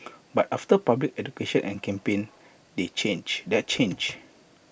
but after public education and campaign they change that changed